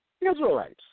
Israelites